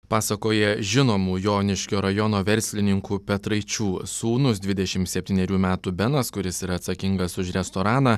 pasakoja žinomų joniškio rajono verslininkų petraičių sūnūs dvidešim septynerių metų benas kuris yra atsakingas už restoraną